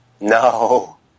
No